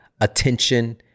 attention